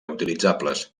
utilitzables